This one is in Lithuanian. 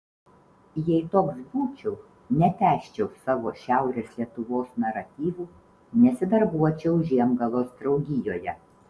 jei toks būčiau netęsčiau savo šiaurės lietuvos naratyvų nesidarbuočiau žiemgalos draugijoje